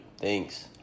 thanks